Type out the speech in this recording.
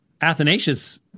Athanasius